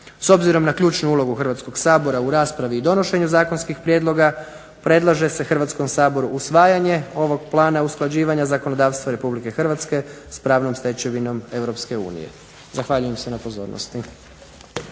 S obzirom na ključnu ulogu Hrvatskog sabora u raspravi i donošenju zakonskih prijedloga predlaže se Hrvatskom saboru usvajanje ovog plana usklađivanja zakonodavstva Republike Hrvatske s pravnom stečevinom Europske unije. Zahvaljujem se na pozornosti.